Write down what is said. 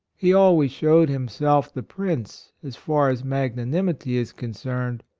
he always showed himself the prince, as far as magnanimity is concerned,